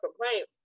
complaint